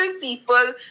people